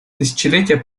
тысячелетия